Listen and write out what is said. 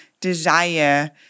desire